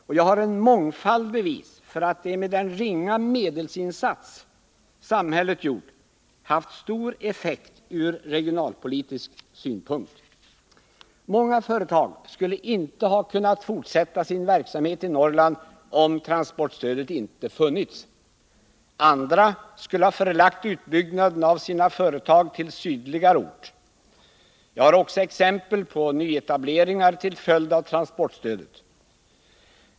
Och jag har en mångfald bevis för att det med den ringa medelsinsats samhället gjort haft stor effekt ur regionalpolitisk synpunkt. Många företag skulle inte ha kunnat fortsätta sin verksamhet i Norrland om transportstödet inte funnits. Andra skulle ha förlagt sin utbyggnad till sydligare ort. Jag har också exempel på nyetableringar till följd av transportstödet.